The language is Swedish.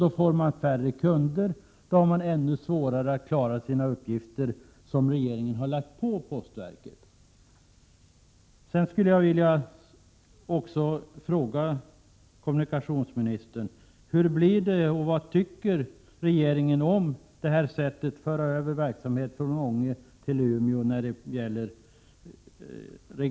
Då blir det färre kunder för postverket, och man får ännu svårare att klara de uppgifter som regeringen ålagt verket. Jag vill också fråga kommunikationsministern: Vad tycker regeringen om det aktuella sättet att föra över regionalpolitiskt betydelsefull verksamhet från Ånge till Umeå?